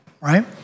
right